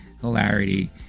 hilarity